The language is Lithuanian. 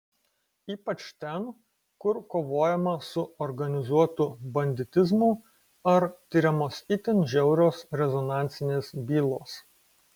ypač ten kur kovojama su organizuotu banditizmu ar tiriamos itin žiaurios rezonansinės bylos